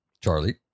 Charlie